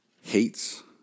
hates